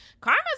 karma